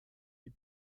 die